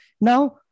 Now